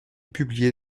publié